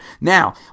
Now